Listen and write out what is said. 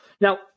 Now